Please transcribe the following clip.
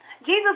Jesus